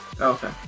okay